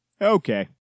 Okay